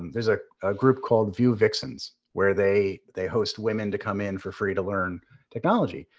um there's ah a group called vue vixens, where they they host women to come in for free to learn technology.